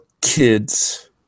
kids